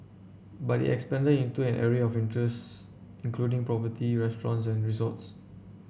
but it expanded into an array of interests including property restaurants and resorts